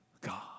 God